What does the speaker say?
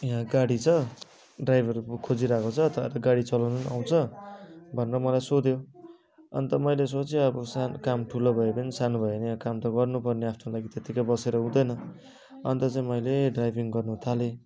यहाँ गाडी छ ड्राइभर खोजिरहेको छ तँ आफै गाडी चलाउनु आउँछ भनेर मलाई सोध्यो अन्त मैले सोचे अब सानो काम ठुलो भए पनि सोनो भए पनि काम त गर्नु पर्ने आफ्नो लागि त त्यतिकै बसेर हुँदैन अन्त चैँ मैले ड्राइभिङ गर्नु थालेँ